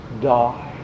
die